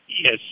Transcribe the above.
Yes